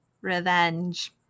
revenge